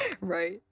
Right